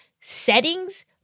settings